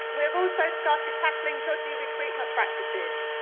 we have ah so started tackling dodgy recruitment practices,